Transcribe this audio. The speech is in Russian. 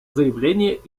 заявление